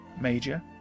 Major